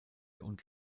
und